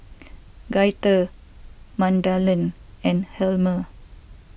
Gaither Magdalen and Helmer